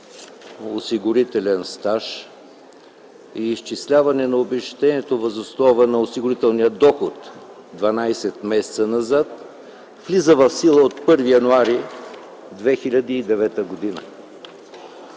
осигурителен стаж и изчисляване на обезщетението въз основа на осигурителния доход 12 месеца назад влиза в сила от 1 януари 2009 г.,